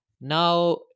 Now